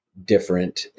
different